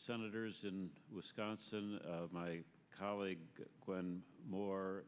senators in wisconsin my colleague and more